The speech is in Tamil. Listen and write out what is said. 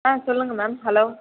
ஆ சொல்லுங்கள் மேம் ஹலோ